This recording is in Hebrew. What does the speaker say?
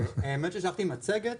האמת היא ששלחתי מצגת.